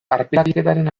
arpilaketaren